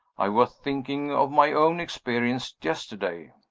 i was thinking of my own experience yesterday.